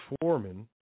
Foreman